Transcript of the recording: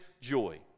joy